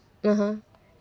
(uh huh)